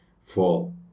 fall